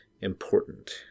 important